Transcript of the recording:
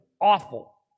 awful